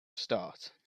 start